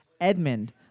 Edmund